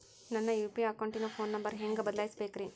ನನ್ನ ಯು.ಪಿ.ಐ ಅಕೌಂಟಿನ phone number ಹೆಂಗ್ ಬದಲಾಯಿಸ ಬೇಕ್ರಿ?